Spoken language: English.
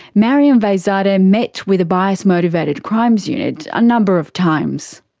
mariam veiszadeh met with the bias motivated crimes unit a number of times.